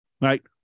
Right